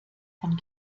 von